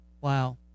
Wow